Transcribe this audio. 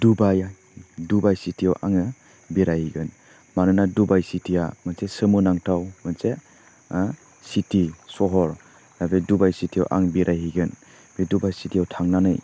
डुबाय डुबाय चिटियाव आङो बेरायहैगोन मानोना डुबाय चिटिया मोनसे सोमोनांथाव मोनसे चिटि सहर बे डुबाय चिटियाव आं बेराय हैगोन बे डुबाय चिटियाव थांनानै